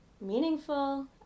meaningful